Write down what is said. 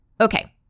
Okay